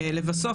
לבסוף,